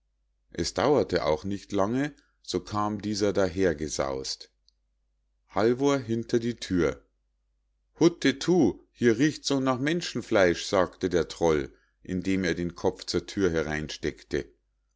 es dauerte auch nicht lange so kam dieser dahergesaus't halvor hinter die thür hutetu hier riecht's so nach menschenfleisch sagte der troll indem er den kopf zur thür